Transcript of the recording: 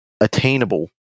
attainable